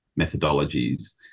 methodologies